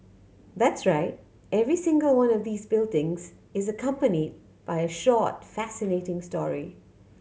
that's right every single one of these buildings is accompanied by a short fascinating story